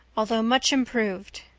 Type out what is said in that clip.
although much improoved.